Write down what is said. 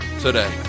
today